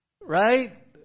Right